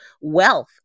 wealth